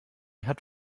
hat